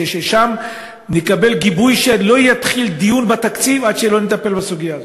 שם נקבל גיבוי לכך שלא יתחיל דיון בתקציב עד שלא נטפל בסוגיה הזאת.